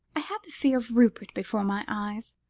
i had the fear of rupert before my eyes.